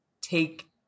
take